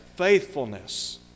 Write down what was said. Faithfulness